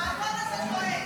האדון הזה טועה.